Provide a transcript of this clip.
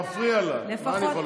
מראש, זה מפריע לה, מה אני יכול לעשות.